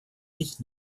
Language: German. sich